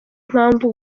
mpamvu